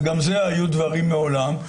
אז היו דברים מעולם.